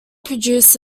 produced